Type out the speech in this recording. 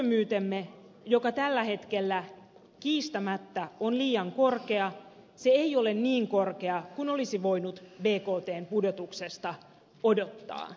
työttömyytemme joka tällä hetkellä kiistämättä on liian korkea ei ole niin korkea kuin olisi voinut bktn pudotuksesta odottaa